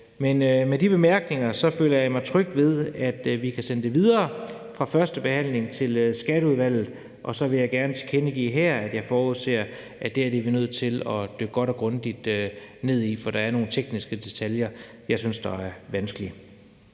Men med de bemærkninger føler jeg mig tryg ved, at vi kan sende det videre fra førstebehandlingen til Skatteudvalget, og så vil jeg gerne tilkendegive her, at jeg forudser, at det her er vi nødt til at dykke godt og grundigt ned i, for der er nogle tekniske detaljer, jeg synes er vanskelige.